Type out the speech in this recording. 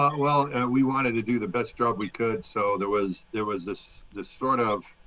um well, we wanted to do the best job we could. so there was there was this the sort of